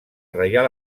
reial